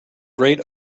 great